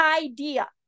idea